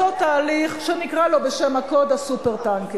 אותו תהליך שנקרא לו בשם הקוד "הסופר-טנקר".